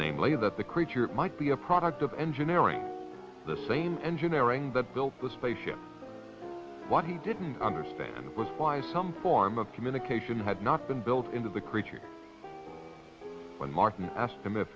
namely that the creature might be a product of engineering the same engineering that built the spaceship what he didn't understand was why some form of communication had not been built into the creature when martin